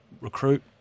recruit